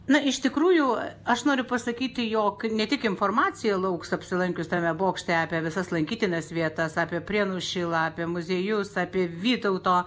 na iš tikrųjų aš noriu pasakyti jog ne tik informacija lauks apsilankius tame bokšte apie visas lankytinas vietas apie prienų šilą apie muziejus apie vytauto